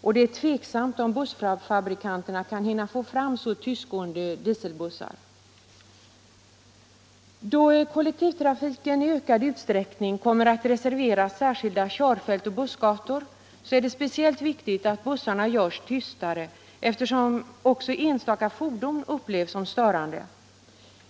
och det är tveksamt om bussfabrikanterna kan hinna få fram så tystgående dieselbussar. Då för kollektivtrafiken i ökad utsträckning kommer att reserveras särskilda körfält och bussgator, är det speciellt viktigt att bussarna görs tystare, eftersom även enstaka fordon upplevs som störande.